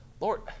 Lord